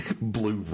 blue